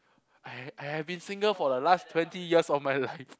I ha~ I have been single for the last twenty years of my life